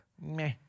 Meh